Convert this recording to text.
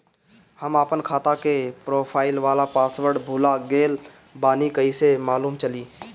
हम आपन खाता के प्रोफाइल वाला पासवर्ड भुला गेल बानी कइसे मालूम चली?